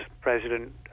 president